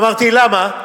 אמרתי: למה?